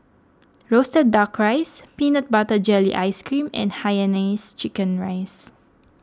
Roasted Duck Rice Peanut Butter Jelly Ice Cream and Hainanese Chicken Rice